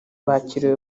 bakiriwe